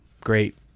great